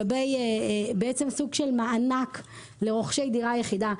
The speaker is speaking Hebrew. בעצם סוג של מענק לרוכשי דירה יחידה,